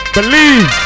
Believe